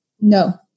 no